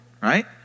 Right